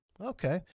Okay